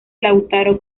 lautaro